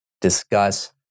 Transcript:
discuss